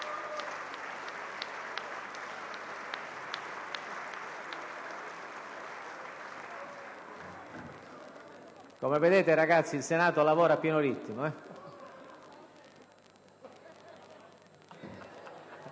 Come vedete, ragazzi, il Senato lavora a pieno ritmo.